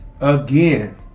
again